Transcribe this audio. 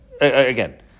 again